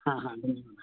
हा हा